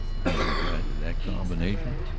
when you add to that combination,